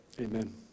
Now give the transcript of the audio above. Amen